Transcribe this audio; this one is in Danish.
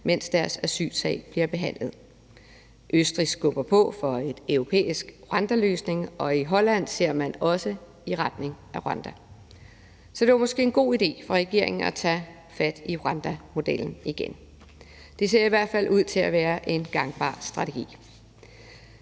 mens deres asylsag bliver behandlet. Østrig skubber på for en europæisk rwandaløsning, og i Holland ser man også i retning af Rwanda. Så det var måske en god idé for regeringen at tage fat i rwandamodellen igen. Det ser i hvert fald ud til at være en gangbar strategi.